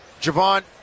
Javon